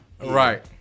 Right